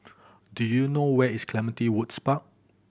do you know where is Clementi Woods Park